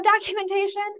documentation